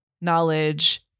knowledge